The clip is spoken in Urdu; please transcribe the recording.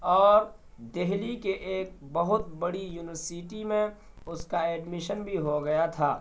اور دہلی کے ایک بہت بڑی یونیورسٹی میں اس کا ایڈمیشن بھی ہو گیا تھا